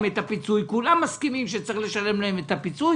את הפיצוי כולם מסכימים שצריך לשלם להם את הפיצוי